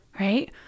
Right